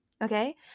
Okay